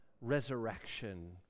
resurrection